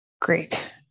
Great